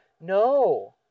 No